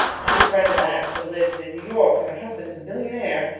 she is a friend of aunt's and lives in new york and her husband is a millionaire.